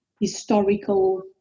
historical